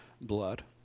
blood